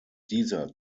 dieser